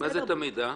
איזה מידע?